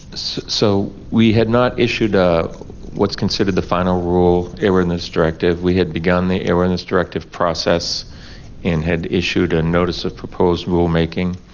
so we had not issued ah what's considered the final rule airworthiness directive, we had begun the airworthiness directive process and had issued a notice of proposal making.